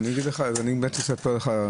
אז אני באמת אספר לך.